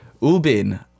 Ubin